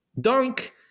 dunk